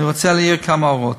אני רוצה להעיר כמה הערות.